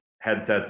headsets